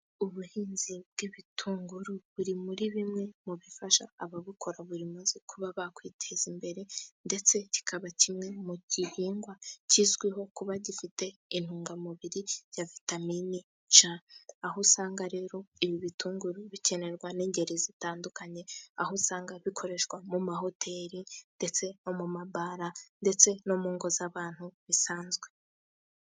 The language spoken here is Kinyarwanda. Ubuhinzi bw'ibitunguru buri muri bimwe mu bifasha ababukora buri munsi, kuba bakwiteza imbere ndetse kikaba kimwe mu gihingwa, kizwiho kuba gifite intungamubiri ya vitamini C, aho usanga rero ibi bitunguru bikenerwa n'ingeri zitandukanye, aho usanga bikoreshwa nko mu mahoteri ndetse mu mabare ndetse no mu ngo z'abantu bisanzwe.